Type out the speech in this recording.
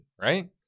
right